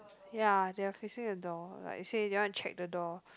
ya they are fixing the door like they say they want check the door